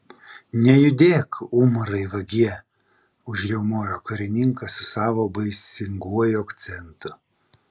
nejudėk umarai vagie užriaumojo karininkas su savo baisinguoju akcentu